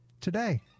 today